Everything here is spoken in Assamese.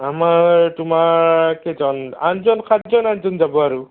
আমাৰ তোমাৰ কেইজন আঠজন সাতজন আঠজন যাব আৰু